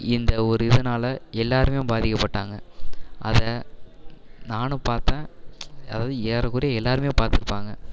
இந்த ஒரு இதனால் எல்லாேருமே பாதிக்கப்பட்டாங்க அதை நானும் பார்த்தேன் அதாவது ஏறக்குறைய எல்லாேருமே பார்த்துருப்பாங்க